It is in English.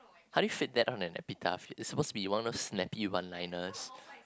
how do you fit that on an epitaph it's suppose to be one of those snappy one liners